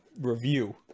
review